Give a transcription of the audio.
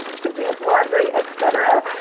to do laundry, et cetera.